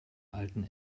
alten